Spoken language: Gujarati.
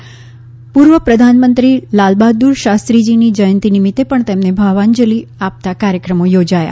ભૂતપૂર્વ પ્રધાનમંત્રી લાલબહાદ્દર શાસ્ત્રીજીની જયંતી નિમિત્ત પણ તેમને ભાવભીની અંજલી આપતા કાર્યક્રમો યોજાયા